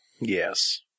Yes